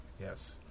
Yes